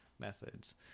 methods